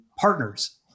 partners